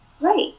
right